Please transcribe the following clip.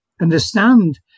understand